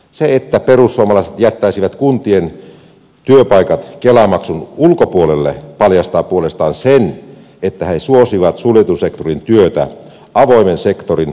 se että perussuomalaiset jättäisivät kuntien työpaikat kela maksun ulkopuolelle paljastaa puolestaan sen että he suosivat suljetun sektorin työtä avoimen sektorin kustannuksella